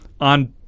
on